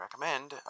recommend